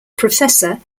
professor